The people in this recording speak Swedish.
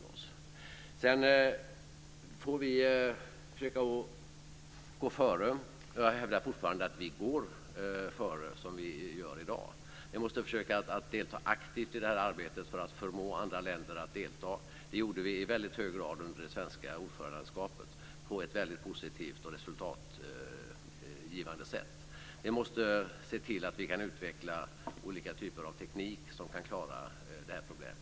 Vi i Sverige får försöka att gå före, och jag hävdar fortfarande att vi också går före i och med det som vi gör i dag. Vi måste försöka delta aktivt i det här arbetet för att förmå andra länder att delta. Det gjorde vi också i hög grad under det svenska ordförandeskapet på ett positivt och resultatgivande sätt. Vi måste se till att vi kan utveckla olika typer av teknik som kan klara detta problem.